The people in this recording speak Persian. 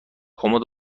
کمد